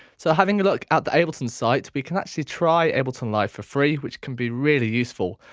so having a look at the ableton site we can actually try ableton live for free which can be really useful.